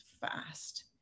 fast